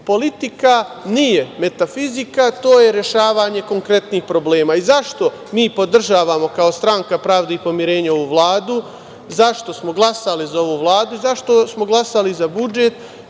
Politika nije metafizika, to je rešavanje konkretnih problema.Zašto mi podržavamo, kao Stranka pravde i pomirenja, ovu Vladu? Zašto smo glasali za ovu Vladu? Zašto smo glasali za budžet?